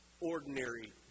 ordinary